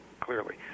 clearly